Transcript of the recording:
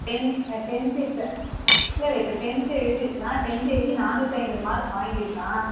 ten tenth இப்போ இல்லை இல்லை இப்போ டென்த்து எழுதிருக்கிறான் டென்த்து எழுதி நானுற்றி ஐம்பது மார்க்கு வாங்கிருக்கான்